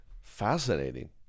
fascinating